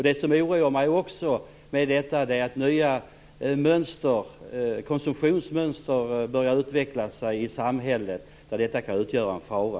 Det som också oroar mig är att nya konsumtionsmönster börjar utvecklas i samhället där detta kan utgöra en fara.